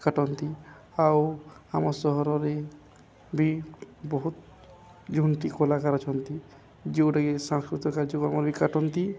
କାଟନ୍ତି ଆଉ ଆମ ସହରରେ ବି ବହୁତ ଝୋଟି କଳାକାର ଅଛନ୍ତି ଯୋଉଟାକି ସାଂସ୍କୃତିକ କାର୍ଯ୍ୟକ୍ରମରେ ବି କାଟନ୍ତି